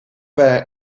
there